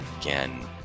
again